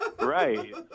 Right